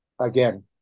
again